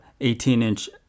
18-inch